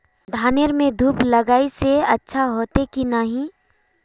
धानेर में धूप लगाए से अच्छा होते की नहीं?